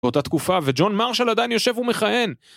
באותה תקופה וג'ון מרשל עדיין יושב ומכהן